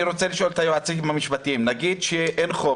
אני רוצה לשאול את היועצים המשפטיים: נגיד שאין חוק